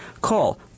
Call